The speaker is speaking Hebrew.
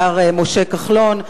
השר משה כחלון.